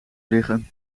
liggen